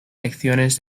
lecciones